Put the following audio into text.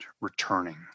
returning